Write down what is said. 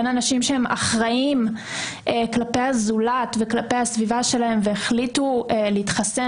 בין אנשים שהם אחראיים כלפי הזולת וכלפי הסביבה שלהם והחליטו להתחסן